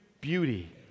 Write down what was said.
beauty